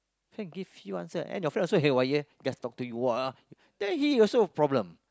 can give you answer and your friends also a hardwire guest talk to you walk lah then he is also a problem